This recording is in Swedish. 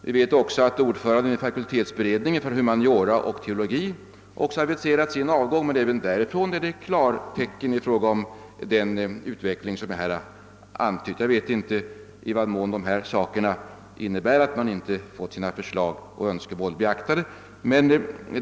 Vi vet också att ordföranden i fakultetsberedningen för humaniora och teologi har aviserat sin avgång, men även från det hållet har klartecken givits för den utveckling som jag antydde. Jag vet inte i vad mån deras avgång beror på att de inte har fått sina förslag och önskemål beaktade.